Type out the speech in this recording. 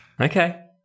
Okay